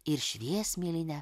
ir šviesmėlynia